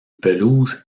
pelouse